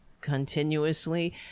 continuously